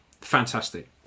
Fantastic